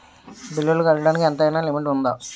బిల్లులు కట్టడానికి ఎంతైనా లిమిట్ఉందా?